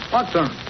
Watson